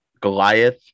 Goliath